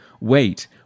Wait